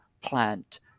plant